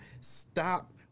stop